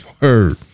Word